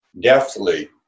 deftly